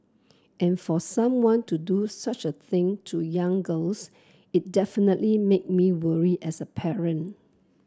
and for someone to do such a thing to young girls it definitely made me worry as a parent